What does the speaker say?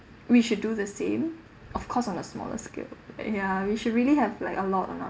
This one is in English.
we should do the same of course on a smaller scale uh yeah we should really have like a lot on our